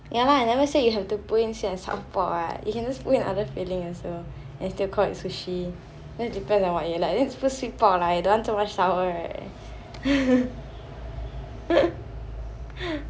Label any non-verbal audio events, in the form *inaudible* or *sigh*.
ya lah I never say you have to put in sweet and sour pork right you can just put in other filling also then still call it sushi then depends on what you like just put sweet pork lah don't want so much sour right *laughs*